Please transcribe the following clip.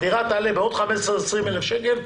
הדירה תעלה בעוד 15,000, 20,000 שקל.